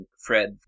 Fred